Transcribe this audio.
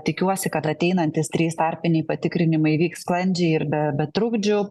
tikiuosi kad ateinantys trys tarpiniai patikrinimai vyks sklandžiai ir be be trukdžių